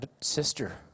sister